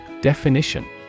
Definition